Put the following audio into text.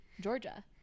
Georgia